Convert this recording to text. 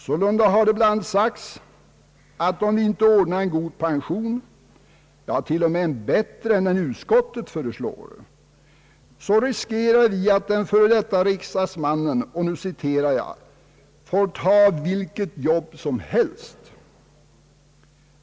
Sålunda har det bl.a. sagts att om vi inte ordnar en god pension — ja, t.o.m. en bättre pension än utskottet föreslår — riskerar vi att den före detta riksdagsmannen »får ta vilket jobb som helst».